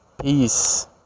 peace